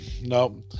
nope